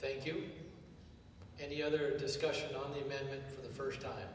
thank you and the other discussion on the first time